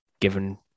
given